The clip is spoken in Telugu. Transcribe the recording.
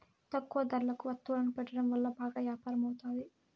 తక్కువ ధరలకు వత్తువులను పెట్టడం వల్ల బాగా యాపారం అవుతాది